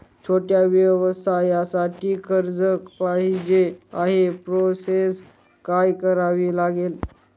छोट्या व्यवसायासाठी कर्ज पाहिजे आहे प्रोसेस काय करावी लागेल?